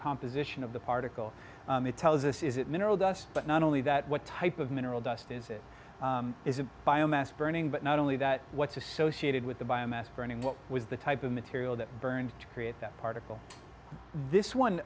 composition of the particle it tells us is that mineral dust but not only that what type of mineral dust is it is a bio mass burning but not only that what's associated with the biomass burning what was the type of material that burned to create that particle this one